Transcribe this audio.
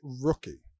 rookie